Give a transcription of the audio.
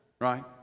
right